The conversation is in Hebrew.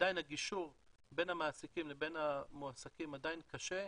ועדיין הגישור בין המעסיקים למועסקים קשה,